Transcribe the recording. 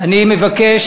אני מבקש,